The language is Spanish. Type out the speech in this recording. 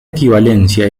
equivalencia